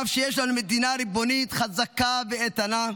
אף שיש לנו מדינה ריבונית חזקה ואיתנה,